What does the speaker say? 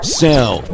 sell